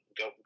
go